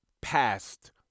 past